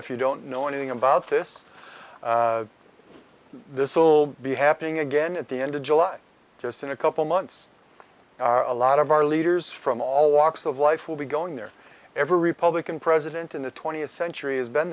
if you don't know anything about this this will be happening again at the end of july just in a couple months a lot of our leaders from all walks of life will be going there every republican president in the twentieth century has been